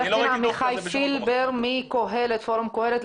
עמיחי פילבר מפורום קהלת,